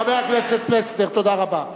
חבר הכנסת פלסנר, תודה רבה.